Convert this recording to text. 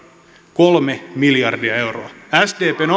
kolme miljardia euroa sdpn